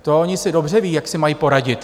To oni dobře ví, jak si mají poradit.